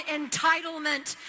entitlement